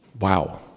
Wow